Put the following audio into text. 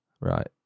Right